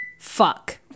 Fuck